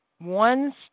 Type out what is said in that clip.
One